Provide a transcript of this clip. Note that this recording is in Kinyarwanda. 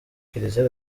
kiliziya